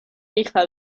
hija